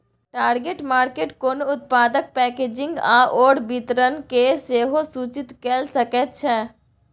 target market कोनो उत्पादक packaging आओर वितरणकेँ सेहो सूचित कए सकैत छै